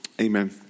Amen